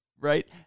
right